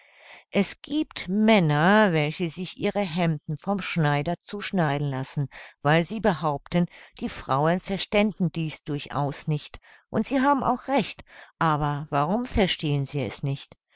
es giebt männer welche sich ihre hemden vom schneider zuschneiden lassen weil sie behaupten die frauen verständen dies durchaus nicht und sie haben auch recht aber warum verstehen sie es nicht